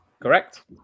Correct